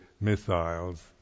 missiles